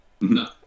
No